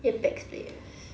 Apex players